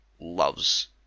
loves